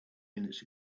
minutes